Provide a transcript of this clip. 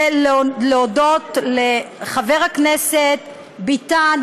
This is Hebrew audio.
ולהודות לחבר הכנסת ביטן,